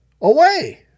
away